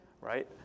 right